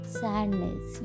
sadness